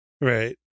Right